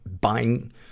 buying